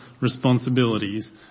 responsibilities